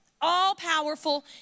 all-powerful